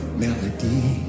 melody